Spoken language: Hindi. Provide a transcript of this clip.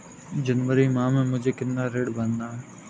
जनवरी माह में मुझे कितना ऋण भरना है?